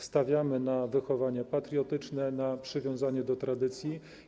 Stawiamy na wychowanie patriotyczne, na przywiązanie do tradycji.